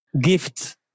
gift